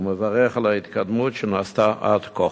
ומברך על ההתקדמות שנעשתה עד כה.